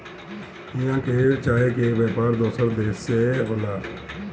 इहवां के चाय के व्यापार दोसर देश ले होला